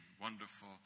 wonderful